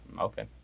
okay